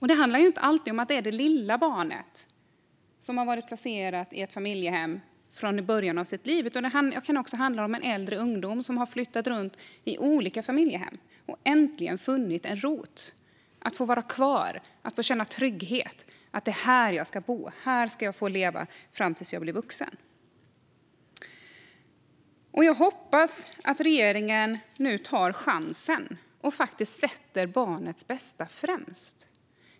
Detta gäller inte alltid bara det lilla barnet som har varit placerat i ett familjehem sedan början av livet, utan det kan också handla om att en äldre ungdom får vara kvar efter att ha flyttat runt i olika familjehem och äntligen funnit en rot. Han eller hon behöver få känna trygghet och att "det är här jag ska bo, och här ska jag få leva fram tills jag blir vuxen". Jag hoppas att regeringen nu tar chansen och sätter barnets bästa främst.